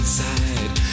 Inside